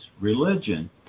Religion